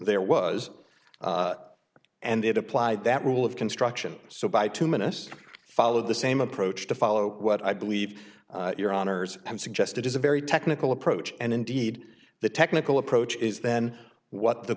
there was and it applied that rule of construction so by two ministers follow the same approach to follow what i believe your honour's have suggested is a very technical approach and indeed the technical approach is then what the